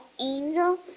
angel